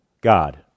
God